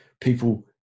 people